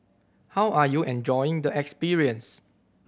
how are you enjoying the experience